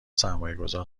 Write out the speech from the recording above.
سرمایهگذار